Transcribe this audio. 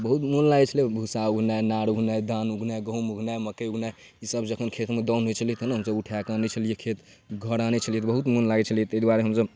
बहुत मोन लागै छलै भुस्सा उघनाइ नार उघनाइ धान उघनाइ गहूम उघनाइ मकै उघनाइ ईसब जखन खेतमे दाउन होइ छलै तऽ हमसभ उठाकऽ आनै छलिए खेत घर आनै छलिए तऽ बहुत मोन लागै छलै ताहि दुआरे हमसभ